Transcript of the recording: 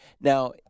Now